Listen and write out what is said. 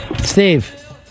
Steve